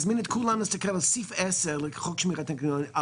אני מזמין את כולם להסתכל על סעיף 10 בחוק שמירת הניקיון,